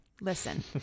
listen